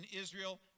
Israel